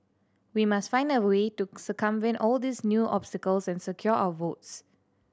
we must find a way to circumvent all these new obstacles and secure our votes